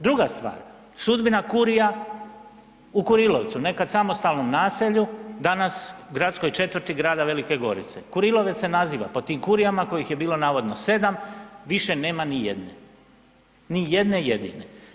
Druga stvar, sudbina kurija u Kurilovcu nekad samostalnom naselju, danas gradskoj četvrti grada Velike Gorice Kurilovec se naziva po tim kurijama kojih je bilo navodno 7, više nema nijedne, ni jedne jedine.